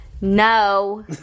No